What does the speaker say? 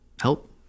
help